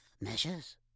Measures